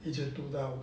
一直读到